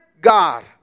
God